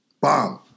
Bomb